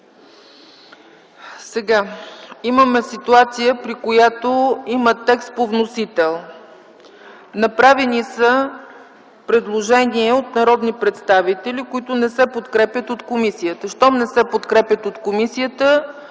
Имаме ситуация, при която има текст по вносител; направени са предложения от народни представители, които не се подкрепят от комисията. Щом не се подкрепят от комисията,